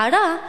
הערה,